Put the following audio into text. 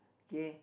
K